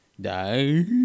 Die